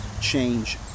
change